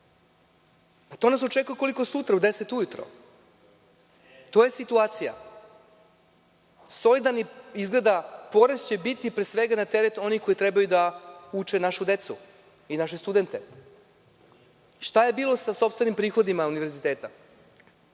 To nas očekuje koliko sutra, u 10 ujutro. To je situacija. Solidarni porez će izgleda biti pre svega na teret onih koji trebaju da uče našu decu i naše studente. Šta je bilo sa sopstvenim prihodima univerziteta?